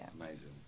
Amazing